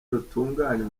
rutunganya